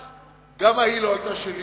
גם ההיא לא היתה שלי,